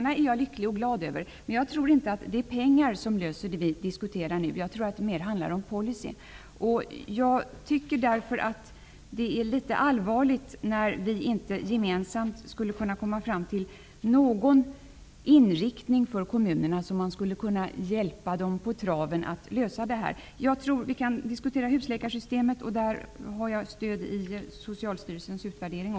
Jag är glad över projektpengarna, men jag tror inte att de problem som vi nu diskuterar löses med pengar. Jag tror att det mer handlar om policyn. Jag tycker därför att det är litet allvarligt att vi inte gemensamt skulle kunna komma fram till någon inriktning för kommunerna så att vi kan hjälpa dem med att lösa problemen. Vad gäller husläkarsystemet finner jag stöd i Socialstyrelsens utvärdering.